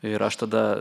ir aš tada